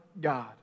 God